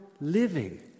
living